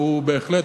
והוא בהחלט,